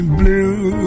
blue